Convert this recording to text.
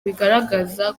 bigaragaza